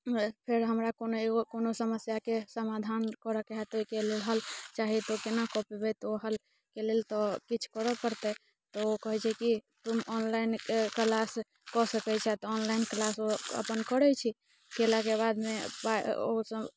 फेर हमरा कोनो एगो कोनो समस्याके समाधान करऽके लेल होयत ओहिके लेल हल चाही तऽ ओ केना कऽ पबै तऽ ओ हलके लेल तऽ किछु करऽ पड़तै तऽ ओ कहैत छै कि तुम ऑनलाइन क्लास कऽ सकैत छेँ तऽ ऑनलाइन क्लास ओ अपन ओ करैत छै कयलाके बादमे ओ सभ